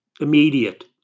immediate